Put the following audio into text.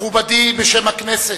מכובדי, בשם הכנסת,